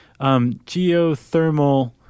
geothermal